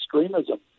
extremism